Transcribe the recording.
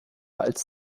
als